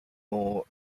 more